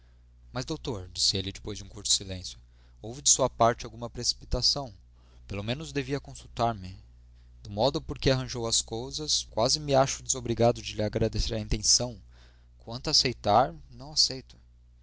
mas doutor disse ele depois de curto silêncio houve de sua parte alguma precipitação pelo menos devia consultar me do modo por que arranjou as coisas quase me acho desobrigado de lhe agradecer a intenção quanto a aceitar não aceito